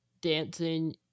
dancing